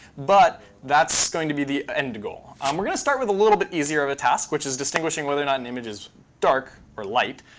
but that's going to be the end goal. um we're going to start with a little bit easier of a task, which is distinguishing whether or not an image is dark or light,